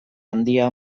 handia